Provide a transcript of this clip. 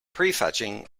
prefetching